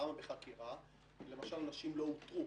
כי אין התייחסות לאירועי הסתה.